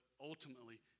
ultimately